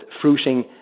fruiting